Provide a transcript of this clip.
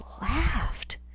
laughed